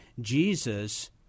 Jesus